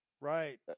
Right